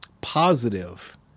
positive